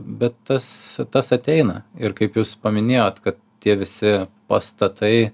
bet tas tas ateina ir kaip jūs paminėjot kad tie visi pastatai